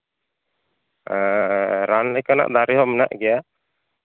ᱨᱟᱱ ᱞᱮᱠᱟᱱᱟᱜ ᱫᱟᱨᱮ ᱦᱚᱸ ᱢᱮᱱᱟᱜ ᱜᱮᱭᱟ